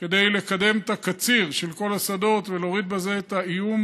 כדי לקדם את הקציר של כל השדות ולהוריד בזה את האיום,